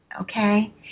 Okay